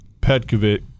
Petkovic